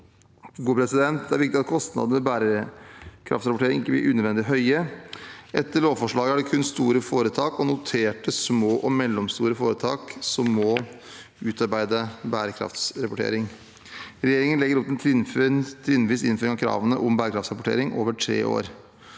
Det er viktig at kostnadene ved bærekraftsrapportering ikke blir unødvendig høye. Etter lovforslaget er det kun store foretak og noterte små og mellomstore foretak som må utarbeide bærekraftsrapportering. Regjeringen legger opp til en trinnvis innføring av kravene om bærekraftsrapportering over tre år.